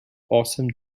awesome